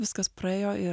viskas praėjo ir